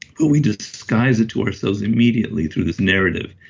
who we disguise it to ourselves immediately through this narrative.